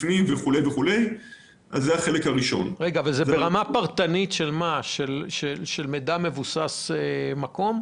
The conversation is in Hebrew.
זה החלק הראשון --- זה ברמה פרטנית של מידע מבוסס מקום?